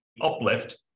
uplift